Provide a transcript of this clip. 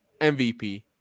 MVP